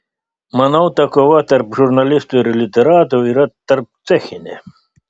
manau ta kova tarp žurnalistų ir literatų yra tarpcechinė